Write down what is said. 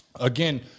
Again